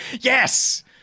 Yes